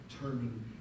turning